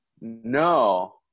No